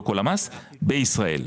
לא כל המס בישראל.